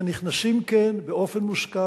לכן נכנסים, כן, באופן מושכל.